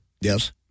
Yes